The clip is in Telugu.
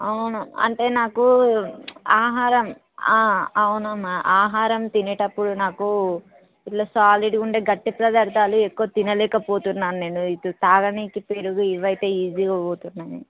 అవును అంటే నాకు ఆహారం అవునమ్మా ఆహారం తినేటప్పుడు నాకు ఇలా సాలీడుగా ఉండే గట్టి పదార్థాలు ఎక్కువ తినలేక పోతున్నాను నేను ఇటు తాగడానికి పెరుగు ఇవైతే ఈజీగా పోతున్నాయి